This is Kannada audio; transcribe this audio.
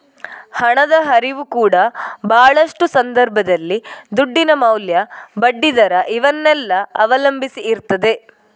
ಹಣದ ಹರಿವು ಕೂಡಾ ಭಾಳಷ್ಟು ಸಂದರ್ಭದಲ್ಲಿ ದುಡ್ಡಿನ ಮೌಲ್ಯ, ಬಡ್ಡಿ ದರ ಇವನ್ನೆಲ್ಲ ಅವಲಂಬಿಸಿ ಇರ್ತದೆ